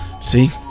See